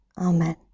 Amen